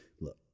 look